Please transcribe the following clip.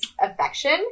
affection